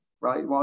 right